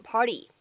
Party